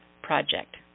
project